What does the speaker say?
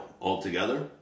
altogether